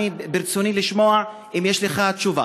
ברצוני לשמוע אם יש לך תשובה.